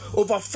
over